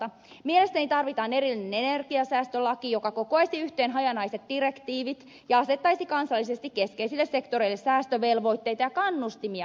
mielestäni tarvitaan erillinen energiansäästölaki joka kokoaisi yhteen hajanaiset direktiivit ja asettaisi kansallisesti keskeisille sektoreille säästövelvoitteita ja kannustimia energian säästöön